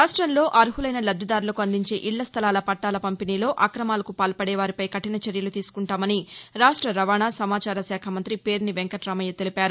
రాష్ట్రంలో అర్హులైన లబ్లిదారులకు అందించే ఇళ్ళ స్లలాల పట్టాల పంపిణీలో అక్రమాలకు పాల్పడే వారిపై కఠిన చర్యలు తీసుకుంటాని రాష్ట రవాణ సమాచార శాఖ మంత్రి పేర్ని వెంకటామయ్య తెలిపారు